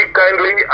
kindly